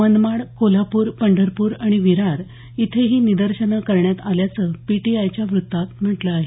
मनमाड कोल्हापूर पंढरपूर आणि विरार इथेही निदर्शनं करण्यात आल्याचं पीटीआयच्या वृत्तात म्हटलं आहे